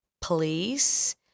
police